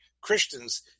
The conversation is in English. Christians